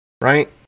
right